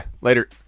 Later